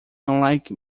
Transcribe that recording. unlike